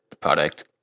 product